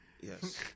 Yes